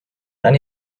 then